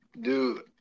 Dude